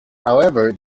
however